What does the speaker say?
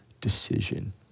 decision